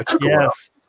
yes